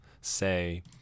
say